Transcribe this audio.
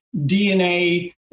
DNA